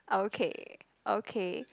okay okay